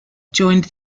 joined